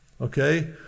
Okay